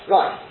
Right